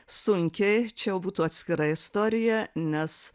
sunkiai čia jau būtų atskira istorija nes